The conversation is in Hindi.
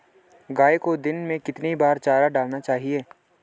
गाय को दिन में कितनी बार चारा डालना चाहिए?